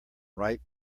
ripe